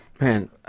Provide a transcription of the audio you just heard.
Man